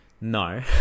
no